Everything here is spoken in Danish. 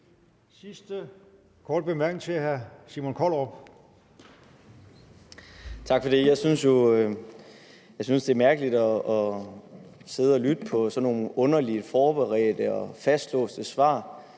Jeg synes jo, at det er mærkeligt at sidde og lytte til sådan nogle underlige, forberedte og fastlåste svar.